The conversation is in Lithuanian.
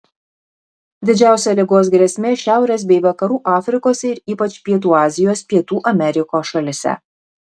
didžiausia ligos grėsmė šiaurės bei vakarų afrikos ir ypač pietų azijos pietų amerikos šalyse